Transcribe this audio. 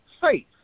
Faith